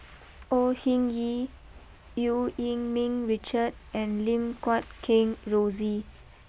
Au Hing Yee Eu Yee Ming Richard and Lim Guat Kheng Rosie